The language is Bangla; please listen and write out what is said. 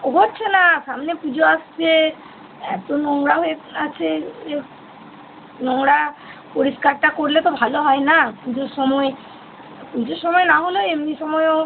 হচ্ছে না সামনে পুজো আসছে এত নোংরা হয়ে আছে যে নোংরা পরিষ্কারটা করলে তো ভালো হয় না পুজোর সময় পুজোর সময় না হলে এমনি সময়ও